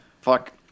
fuck